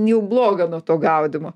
jau bloga nuo to gaudymo